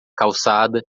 calçada